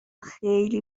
خیلی